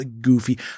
goofy